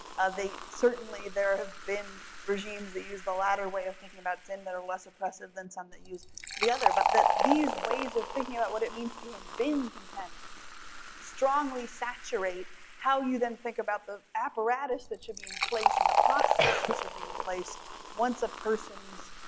certainly there have been regimes that use the latter way of thinking about sin that are less oppressive than some that use the other but these ways of thinking about what it means to have been contaminated strongly saturate how you then think about the apparatus that should be in place and the process that should be in place once a person's